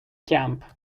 camp